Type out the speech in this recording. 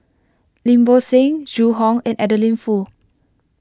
Lim Bo Seng Zhu Hong and Adeline Foo